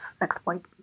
exploit